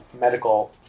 medical